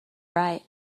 right